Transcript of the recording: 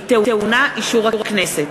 היא טעונה אישור הכנסת.